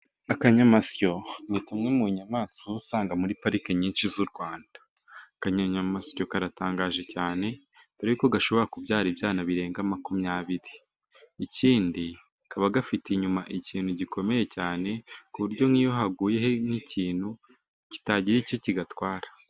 Akanyamasyo ni kamwe mu nyamaswa usanga muri parike nyinshi z'u Rwanda, akanyamasyo karatangaje cyane dore ko gashobora kubyara ibyana birenga makumyabiri, ikindi kaba gafite inyuma ikintu gikomeye cyane, ku buryo nk'iyo haguyeho nk'ikintu kitagira icyo kigatwara.